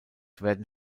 werden